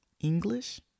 English